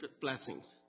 blessings